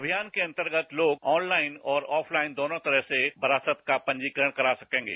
अभियान के अंतर्गत लोग ऑनलाइन और ऑफलाइन दोनों तरह से वरासत का पंजीकरण करा सकेंगे